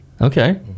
Okay